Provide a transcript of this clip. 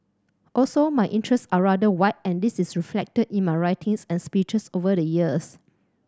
also my interests are rather wide and this is reflected in my writings and speeches over the years